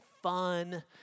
fun